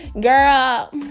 girl